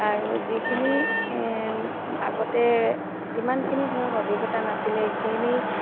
আৰু যিখিনি আগতে যিমানখিনি ধৰক অভিজ্ঞতা নাছিলে এইখিনি